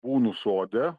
būnu sode